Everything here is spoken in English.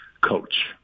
coach